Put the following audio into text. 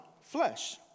flesh